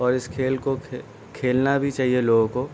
اور اس کھیل کو کھیلنا بھی چاہیے لوگوں کو